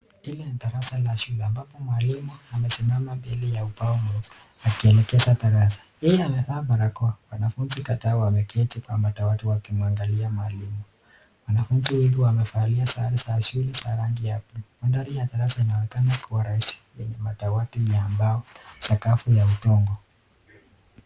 Hili ni darasa la shule ambapo mwalimu amesimama mbele ya ubao mweusi akielekeza darasa. Yeye amevaa barakoa, wanafunzi kadhaa wameketi kwa madawati wakimwangalia mwalimu. Wanafunzi wengi wamevalia sare za shule za rangi ya blue . Mandhari ya darasa inaonekana kuwa rahisi yenye madawati ya mbao sakafu ya udongo.